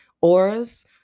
auras